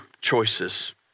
choices